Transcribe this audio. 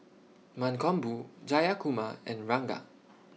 Mankombu Jayakumar and Ranga